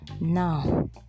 now